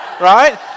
right